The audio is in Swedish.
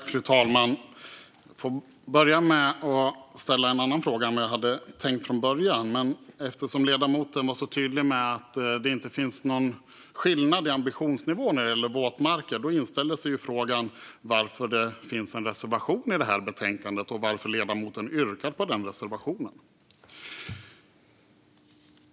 Fru talman! Jag vill börja med att ställa en annan fråga än vad jag hade tänkt från början. Eftersom ledamoten var så tydlig med att det inte finns någon skillnad i ambitionsnivå när det gäller våtmarker inställer sig frågan varför det då finns en reservation i betänkandet och varför ledamoten yrkar bifall till den.